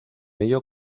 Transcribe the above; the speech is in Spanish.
ello